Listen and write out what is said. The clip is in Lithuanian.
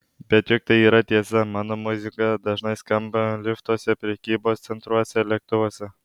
bet juk tai yra tiesa mano muzika dažnai skamba liftuose prekybos centruose lėktuvuose